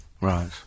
Right